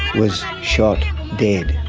was shot dead.